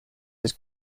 his